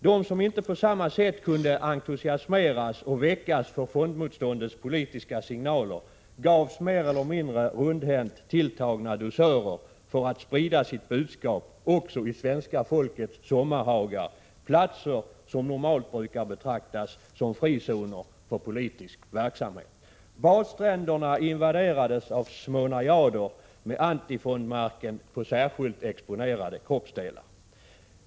De som inte på samma sätt kunde entusiasmeras och väckas för fondmotståndets politiska signaler gavs mer eller mindre rundhänt tilltagna dusörer för att sprida sitt budskap också i svenska folkets sommarhagar, platser som normalt brukar betraktas som frizoner för politisk verksamhet. Badstränderna invaderades av små najader med antifondmärken på särskilt exponerade kroppsdelar.